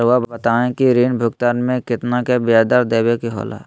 रहुआ बताइं कि ऋण भुगतान में कितना का ब्याज दर देवें के होला?